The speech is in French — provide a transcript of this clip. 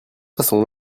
façon